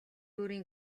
өөрийн